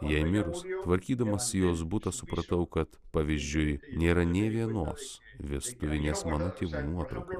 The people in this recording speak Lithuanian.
jai mirus tvarkydamas jos butą supratau kad pavyzdžiui nėra nė vienos vestuvinės mano tėvų nuotraukos